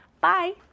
bye